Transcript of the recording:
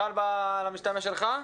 על המשתמש שלך?